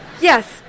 Yes